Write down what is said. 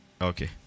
Okay